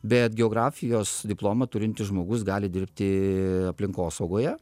bet geografijos diplomą turintis žmogus gali dirbti aplinkosaugoje